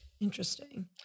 Interesting